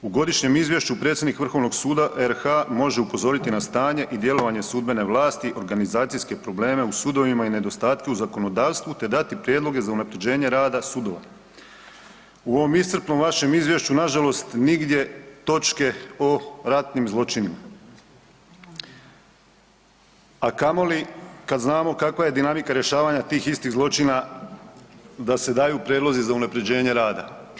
U godišnjem izvješću predsjednik Vrhovnog suda RH može upozoriti na stanje i djelovanje sudbene vlasti, organizacijske probleme u sudovima i nedostatke u zakonodavstvu, te dati prijedloge za unapređenje rada sudova.“ U ovom iscrpnom vašem izvješću na žalost nigdje točke o ratnim zločinima, a kamoli kad znamo kakva je dinamika rješavanja tih istih zločina da se daju prijedlozi za unapređenje rada.